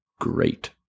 great